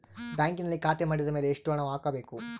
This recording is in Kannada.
ಬ್ಯಾಂಕಿನಲ್ಲಿ ಖಾತೆ ಮಾಡಿದ ಮೇಲೆ ಎಷ್ಟು ಹಣ ಹಾಕಬೇಕು?